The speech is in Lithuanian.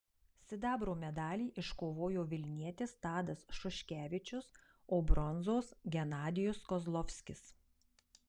sidabro medalį iškovojo vilnietis tadas šuškevičius o bronzos genadijus kozlovskis